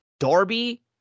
Darby